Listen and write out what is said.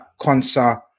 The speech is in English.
Consa